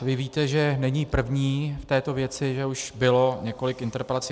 Vy víte, že není první v této věci, že už bylo několik interpelací.